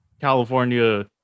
California